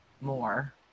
more